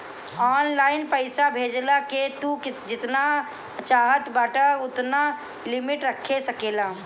online पईसा भेजला के तू जेतना चाहत बाटअ ओतना लिमिट रख सकेला